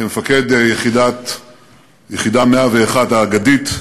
כמפקד יחידה 101 האגדית.